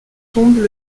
tombent